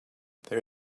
there